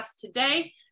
today